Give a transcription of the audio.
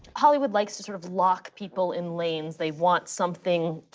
hollywood likes to sort of lock people in lanes. they want something,